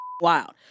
wild